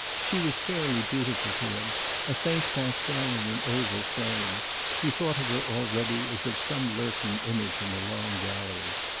she was fairly beautiful to him a faint pastel in an oval frame he thought of her already as of some lurking image in a long gallery,